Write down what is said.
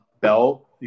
Bell